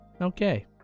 Okay